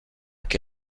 que